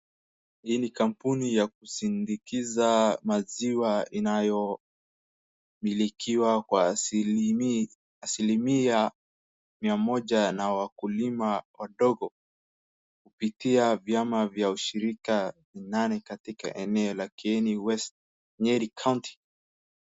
Hii ni kampuni ya kusindikiza maziwa inayomilikiwa kwa asilimia mia moja na wakulima wadogo kupitia vyama vya ushirikanani katika eneo la Kieni west Nyeri Kaunti.